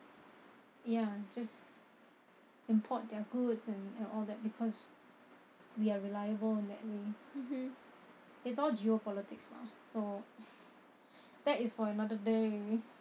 ya just import their goods and all that because we are reliable in that way it's all geopolitics lah so that is for another day